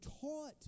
taught